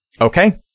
Okay